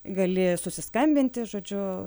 gali susiskambinti žodžiu